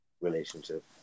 relationship